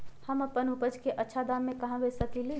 हम अपन उपज अच्छा दाम पर कहाँ बेच सकीले ह?